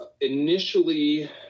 initially